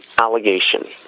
allegation